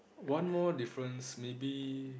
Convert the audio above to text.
one more difference maybe